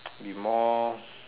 be more